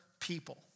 people